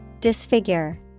Disfigure